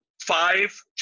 five